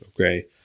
Okay